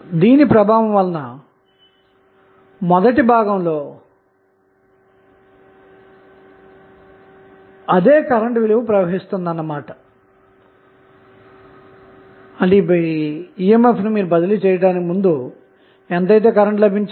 కాబట్టి ఇవ్వబడిన నెట్వర్క్ ను థెవినిన్ ఈక్వివలెంట్ గా మార్చి ఆ పై గరిష్ట పవర్ బదిలీ సిదంతం తో విశ్లేషించాలి